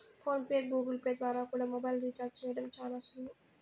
phone pay, Google Pay ద్వారా కూడా mobile recharge చేయడం శానా సులువు